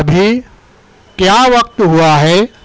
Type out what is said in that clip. ابھی کیا وقت ہوا ہے